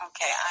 Okay